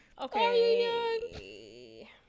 okay